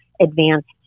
advanced